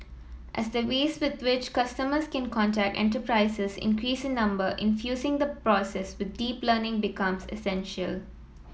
as the ways with which customers can contact enterprises increase in number infusing the process with deep learning becomes essential